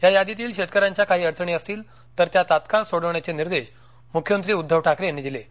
या यादीतील शेतकऱ्यांच्या काही अडचणी असतील तर त्या तत्काळ सोडवण्याचे निर्देश मुख्यमंत्री उद्धव ठाकरे यांनी दिले आहेत